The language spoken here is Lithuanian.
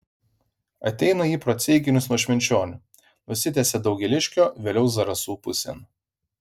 ateina ji pro ceikinius nuo švenčionių nusitęsia daugėliškio vėliau zarasų pusėn